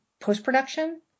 post-production